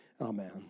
Amen